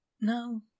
no